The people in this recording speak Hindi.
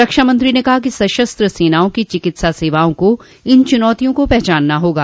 रक्षामंत्री ने कहा कि सशस्त्र सेनाओं की चिकित्सा सेवाओं को इन चुनौतियों को पहचानना होगा